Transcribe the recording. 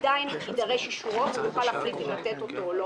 עדיין יידרש אישורו והוא יוכל להחליט אם לתת אותו או לא